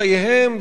בחייהם,